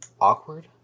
awkward